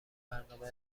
برنامه